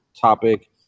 topic